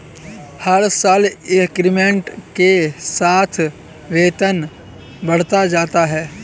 हर साल इंक्रीमेंट के साथ वेतन बढ़ता जाता है